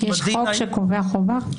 יש חוק שקובע חובה?